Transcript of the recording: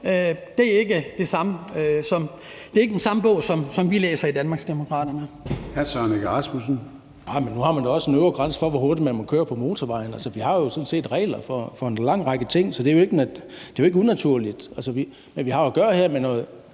Kl. 13:42 Søren Egge Rasmussen (EL): Nej, men nu har man jo også en øvre grænse for, hvor hurtigt man må køre på motorvejene. Altså, vi har jo sådan set regler for en lang række ting, så det er jo ikke unaturligt. Men vi har jo her at gøre med noget